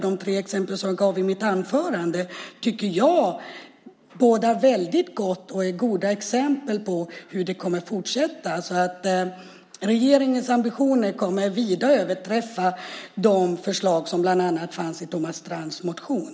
De tre exemplen i mitt anförande tycker jag bådar väldigt gott. Det är goda exempel på hur det kommer att fortsätta. Regeringens ambitioner kommer att vida överträffa förslagen i bland annat Thomas Strands motion.